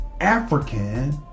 African